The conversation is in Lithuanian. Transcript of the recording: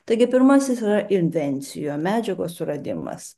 taigi pirmasis yra intencijo medžiagos suradimas